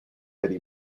eddie